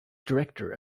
director